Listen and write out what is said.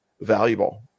valuable